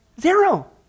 Zero